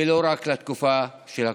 ולא רק לתקופה של הקורונה.